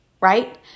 right